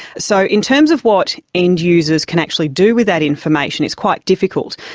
so in terms of what end users can actually do with that information, it's quite difficult.